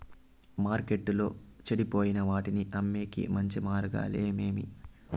మార్కెట్టులో చెడిపోయే వాటిని అమ్మేకి మంచి మార్గాలు ఏమేమి